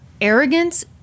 Arrogance